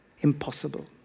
impossible